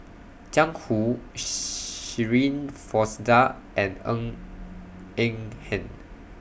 Jiang Hu Shirin Fozdar and Ng Eng Hen